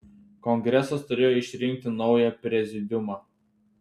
kongresas turėjo išrinkti naują prezidiumą